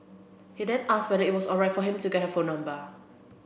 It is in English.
he then asked whether it was alright for him to get her phone number